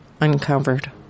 uncovered